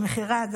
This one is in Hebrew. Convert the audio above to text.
של מכירה,